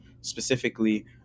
specifically